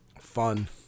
Fun